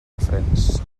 cofrents